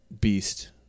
beast